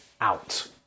out